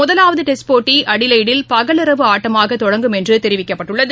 முதலாவதுடெஸ்ட் போட்டிஅடிலெய்டில் பகல் இரவு ஆட்டமாகதொடங்கும் என்றுதெரிவிக்கப்பட்டுள்ளது